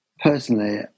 personally